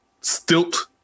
Stilt